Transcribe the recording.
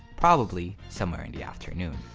probably somewhere in the afternoon.